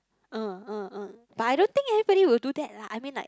uh uh uh but I don't think anybody will do that lah I mean like